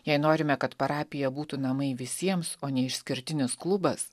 jei norime kad parapija būtų namai visiems o ne išskirtinis klubas